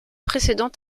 précédent